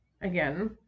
again